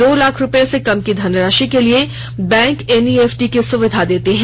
दो लाख रूपये से कम की धनराशि के लिए बैंक एनईएफटी की सुविधा देते हैं